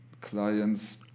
clients